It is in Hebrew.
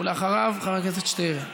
אחריו, חבר הכנסת שטרן.